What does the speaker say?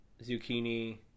zucchini